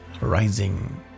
Rising